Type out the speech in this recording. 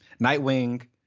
Nightwing